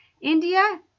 India